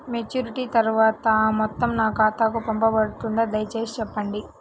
Maturity తర్వాత ఆ మొత్తం నా ఖాతాకు పంపబడుతుందా? దయచేసి చెప్పండి?